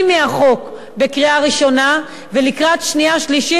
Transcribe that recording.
מהחוק לקריאה ראשונה ולקראת שנייה-שלישית,